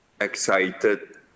excited